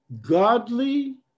Godly